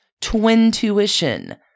twin-tuition